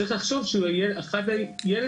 צריך לחשוב שהוא ילד שלנו